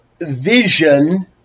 vision